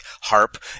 harp